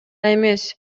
эмес